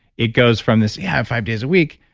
it goes from this yeah, five days a week,